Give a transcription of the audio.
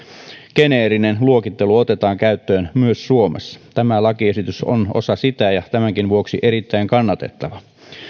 geneerinen luokittelu otetaan käyttöön myös suomessa tämä lakiesitys on osa sitä ja tämänkin vuoksi erittäin kannatettava